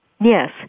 Yes